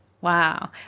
Wow